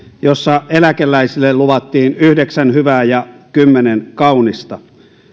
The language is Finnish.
jossa eläkeläisille luvattiin yhdeksän hyvää ja kymmenen kaunista